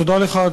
תודה לך,